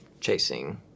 chasing